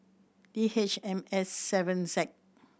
D H M S seven Z